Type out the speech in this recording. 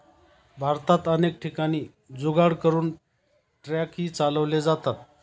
भारतात अनेक ठिकाणी जुगाड करून ट्रकही चालवले जातात